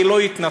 היא לא התנתקה.